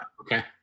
okay